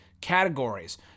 categories